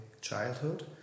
childhood